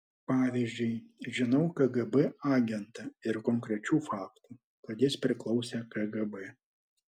pavyzdžiui žinau kgb agentą ir konkrečių faktų kad jis priklausė kgb